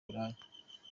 buraya